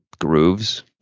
grooves